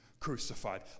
crucified